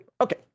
Okay